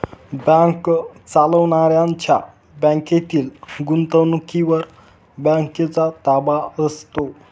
bank चालवणाऱ्यांच्या बँकेतील गुंतवणुकीवर बँकेचा ताबा असतो